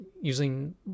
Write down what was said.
using